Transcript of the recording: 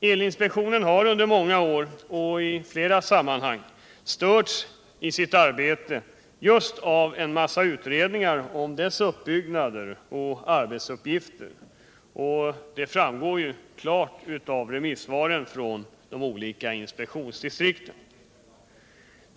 Elinspektionen har under många år, och i flera sammanhang, störts i sitt arbete just av en massa utredningar om dess uppbyggnad och arbetsuppgifter. Detta framgår klart också i remissvaren från de olika inspektionsdistrikten.